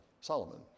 Solomon